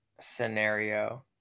scenario